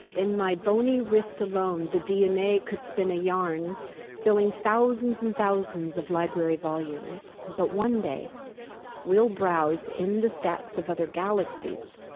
in my bony wrist alone, the dna could spin a yarn filling thousands and thousands of library volumes. but one day we'll browse in the stacks of other galaxies.